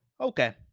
okay